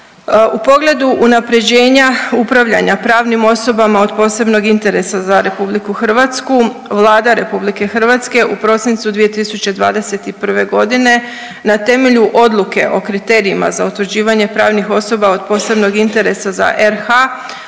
U pogledu unapređenja upravljanja pravnim osobama od posebnog interesa za Republiku Hrvatsku Vlada Republike Hrvatske u prosincu 2021. godine na temelju odluke o kriterijima za utvrđivanje pravnih osoba od posebnog interesa za RH